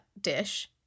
dish